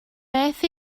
beth